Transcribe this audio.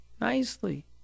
nicely